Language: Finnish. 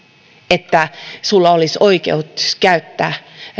että sinulla olisi oikeus käyttää